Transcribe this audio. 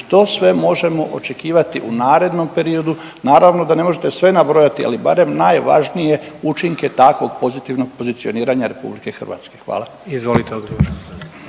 što sve možemo očekivati u narednom periodu. Naravno da ne možete sve nabrojati, ali barem najvažnije učinke takvog pozitivnog pozicioniranja Republike Hrvatske. Hvala.